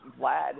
Vlad